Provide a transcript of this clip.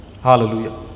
hallelujah